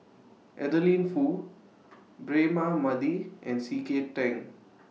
Adeline Foo Braema Mathi and C K Tang